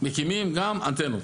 מקימים גם אנטנות.